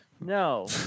No